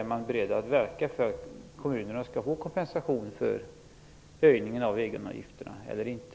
Är ni beredda att verka för att kommunerna får kompensation för höjningen av egenavgifterna eller inte?